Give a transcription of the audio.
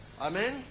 Amen